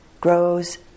grows